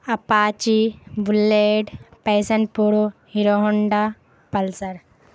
apache bullet passion pro Hero Honda pulsar